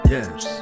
Yes